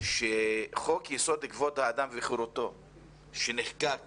שחוק יסוד כבוד האדם וחירותו שנחקק